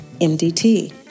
MDT